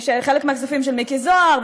וחלק מהכספים של מיקי זוהר,